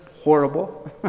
horrible